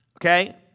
Okay